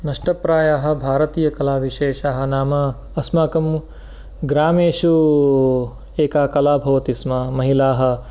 नष्टप्रायाः भारतीयकलाविशेषाः नाम अस्माकं ग्रामेषु एका कला भवति स्म महिलाः